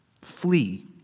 flee